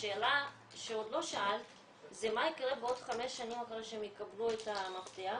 השאלה שעוד לא שאלת זה מה יקרה בעוד חמש שנים אחרי שהם יקבלו את המפתח,